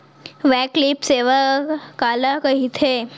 वैकल्पिक बैंकिंग सेवा काला कहिथे?